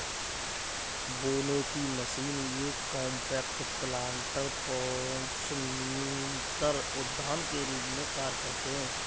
बोने की मशीन ये कॉम्पैक्ट प्लांटर पॉट्स न्यूनतर उद्यान के रूप में कार्य करते है